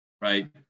right